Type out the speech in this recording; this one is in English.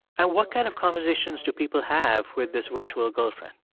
and what kind of conversations do people have with this virtual girlfriend?